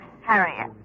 Harriet